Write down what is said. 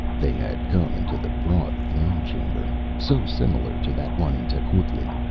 they had come into the broad throne chamber, so similar to that one in tecuhltli.